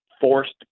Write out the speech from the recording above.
forced